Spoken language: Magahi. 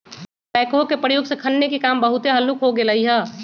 बैकहो के प्रयोग से खन्ने के काम बहुते हल्लुक हो गेलइ ह